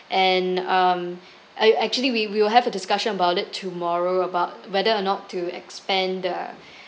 and um act~ actually we will have a discussion about it tomorrow about whether or not to expand the